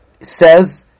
says